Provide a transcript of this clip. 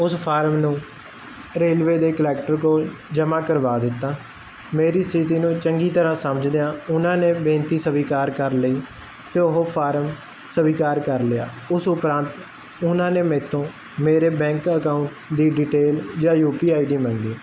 ਉਸ ਫਾਰਮ ਨੂੰ ਰੇਲਵੇ ਦੇ ਕਲੈਕਟਰ ਕੋਲ ਜਮਾਂ ਕਰਵਾ ਦਿੱਤਾ ਮੇਰੀ ਸਥਿਤੀ ਨੂੰ ਚੰਗੀ ਤਰ੍ਹਾਂ ਸਮਝਦਿਆਂ ਉਹਨਾਂ ਨੇ ਬੇਨਤੀ ਸਵੀਕਾਰ ਕਰ ਲਈ ਤੇ ਉਹ ਫਾਰਮ ਸਵੀਕਾਰ ਕਰ ਲਿਆ ਉਸ ਉਪਰੰਤ ਉਹਨਾਂ ਨੇ ਮੈਤੋਂ ਮੇਰੇ ਬੈਂਕ ਅਕਾਊਂਟ ਦੀ ਡਿਟੇਲ ਜਾਂ ਯੂ ਪੀ ਆਡੀ ਡੀ ਮੰਗੀ